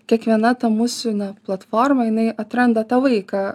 kiekviena ta mūsų na platforma jinai atranda tą vaiką